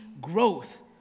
growth